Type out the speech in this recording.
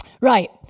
Right